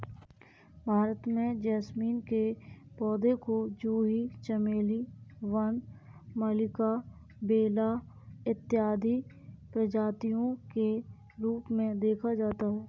भारत में जैस्मीन के पौधे को जूही चमेली वन मल्लिका बेला इत्यादि प्रजातियों के रूप में देखा जाता है